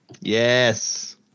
Yes